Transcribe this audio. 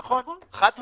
נכון, חד משמעית.